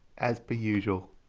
as per usual!